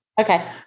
Okay